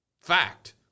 Fact